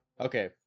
Okay